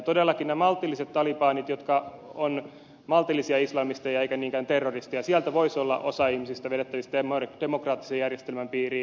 todellakin ne maltilliset talibanit jotka ovat maltillisia islamisteja eivätkä niinkään terroristeja sieltä voisi olla osa ihmisistä vedettävissä demokraattisen järjestelmän piiriin